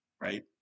right